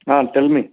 हां टेल मी